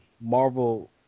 Marvel